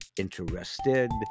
interested